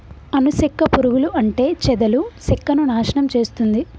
అను సెక్క పురుగులు అంటే చెదలు సెక్కను నాశనం చేస్తుంది